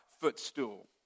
footstool